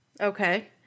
okay